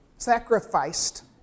Sacrificed